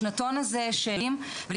והשנתון הזה שנמצא בפניך ובפני חלק מהנוכחים פה,